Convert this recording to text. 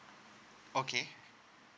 okay